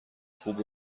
خوب